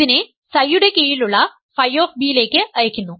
ഇതിനെ ψ യുടെ കീഴിലുള്ള ф ലേക്ക് അയയ്ക്കുന്നു